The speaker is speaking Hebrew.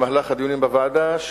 במהלך הדיונים בוועדה,